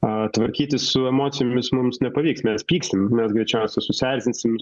tvarkytis su emocijomis mums nepavyks mes pyksim mes greičiausia susierzinsim